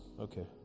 okay